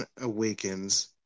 awakens